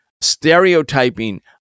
stereotyping